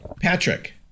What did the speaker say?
Patrick